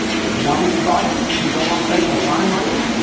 so if you wanna reach this audience, and you don't wanna spend a lot of money,